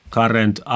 current